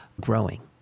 growing